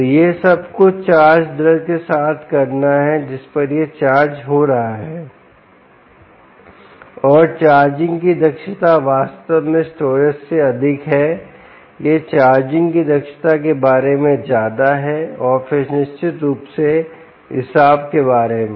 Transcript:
तो यह सब कुछ चार्ज दर के साथ करना है जिस पर यह चार्ज हो रहा है और चार्जिंग की दक्षता वास्तव में स्टोरेज से अधिक है यह चार्जिंग की दक्षता के बारे में ज्यादा है और फिर निश्चित रूप से रिसाव के बारे में